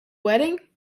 wedding